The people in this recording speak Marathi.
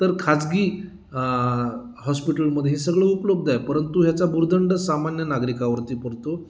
तर खाजगी हॉस्पिटलमध्ये हे सगळं उपलब्ध आहे परंतु ह्याचा भुर्दंड सामान्य नागरिकावरती पडतो